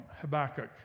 Habakkuk